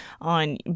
on